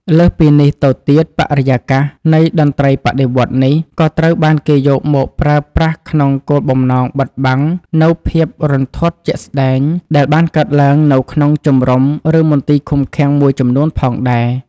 លើសពីនេះទៅទៀត បរិយាកាសនៃតន្ត្រីបដិវត្តន៍នេះ ក៏ត្រូវបានគេយកមកប្រើប្រាស់ក្នុងគោលបំណងបិទបាំងនូវភាពរន្ធត់ជាក់ស្ដែងដែលបានកើតឡើងនៅក្នុងជម្រុំ ឬមន្ទីរឃុំឃាំងមួយចំនួនផងដែរ។